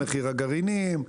מחיר הגרעינים,